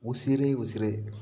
ಉಸಿರೇ ಉಸಿರೇ